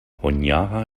honiara